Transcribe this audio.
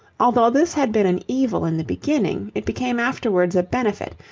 although this had been an evil in the beginning, it became afterwards a benefit,